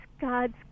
God's